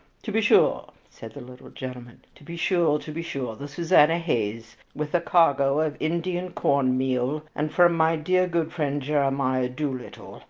to be sure! said the little gentleman. to be sure! to be sure! the susanna hayes, with a cargo of indian-corn meal, and from my dear good friend jeremiah doolittle,